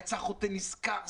יצא חוטא נשכר,